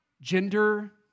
Gender